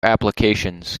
applications